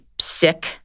sick